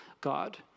God